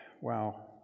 wow